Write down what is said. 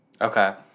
Okay